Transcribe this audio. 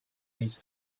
needs